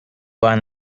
bind